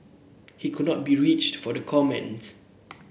he could not be reached for the comments